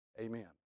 Amen